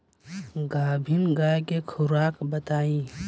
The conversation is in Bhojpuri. गाभिन गाय के खुराक बताई?